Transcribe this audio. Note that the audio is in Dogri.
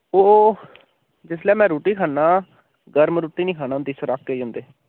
ओह् जिसलै मैं रुट्टी खन्नां गर्म रुट्टी नि खान होंदी सराके जंदे